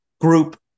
group